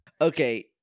Okay